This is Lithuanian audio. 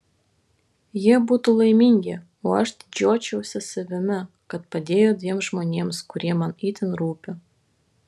jie būtų laimingi o aš didžiuočiausi savimi kad padėjau dviem žmonėms kurie man itin rūpi